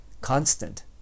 constant